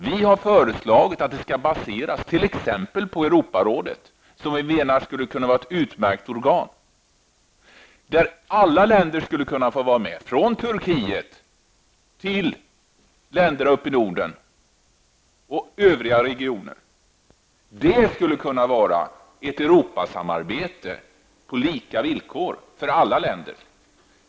Vi har föreslagit att det skall baseras på t.ex. Europarådet, som vi menar skulle vara ett utmärkt organ. Där skulle alla länder kunna vara med -- från Turkiet till länder i Norden och övriga regioner. Det skulle kunna vara ett Europasamarbete för alla länder på lika villkor.